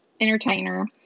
entertainer